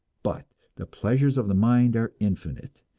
but the pleasures of the mind are infinite,